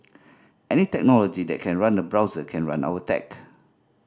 any technology that can run a browser can run our tech